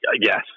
Yes